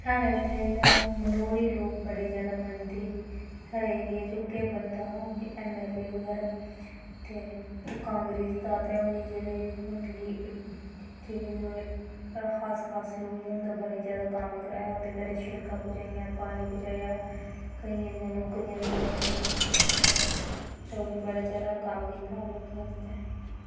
साढ़ै इत्थै जेह्ड़ा मनोह्र गी लोग बड़े जैदा मनदे साढ़े एरियै च उ'ऐ बनदा हा ऐम्म ऐल्ल ए बगैरा ते ओह् कांग्रेस दा ते हून एह् नोआड़े लेई जेह्ड़े नोआड़े खास खास लोग हे उं'दा बड़े जैदा कम्म कराया उं'दे घरें शिड़कां पजाइयां पानी पजाया केइयें दियां नौकरियां बी लोआइयां ते उ'न्नै बड़ा जैदा कम्म कीता लोकें आस्तै